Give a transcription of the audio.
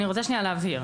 אני רוצה שנייה להבהיר.